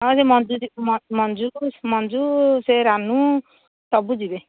ଆଉ ସେ ମଞ୍ଜୁରୀକୁ ମଞ୍ଜୁକୁ ମଞ୍ଜୁ ସେ ରାନୁ ସବୁ ଯିବେ